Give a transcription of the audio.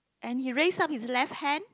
and he raise up his left hand